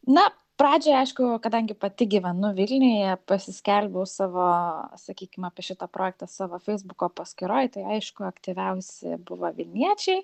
na pradžiai aišku kadangi pati gyvenu vilniuje pasiskelbiau savo sakykim apie šitą projektą savo feisbuko paskyroj tai aišku aktyviausi buvo vilniečiai